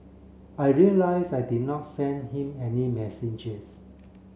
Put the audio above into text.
I realise I did not send him any messages